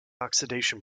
oxidation